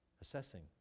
assessing